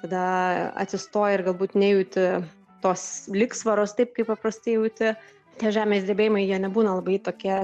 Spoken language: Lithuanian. tada atsistoji ir galbūt nejauti tos lygsvaros taip kaip paprastai jauti tie žemės drebėjimai jie nebūna labai tokie